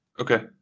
Okay